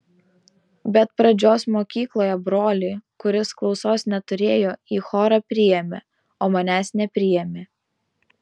bet pradžios mokykloje brolį kuris klausos neturėjo į chorą priėmė o manęs nepriėmė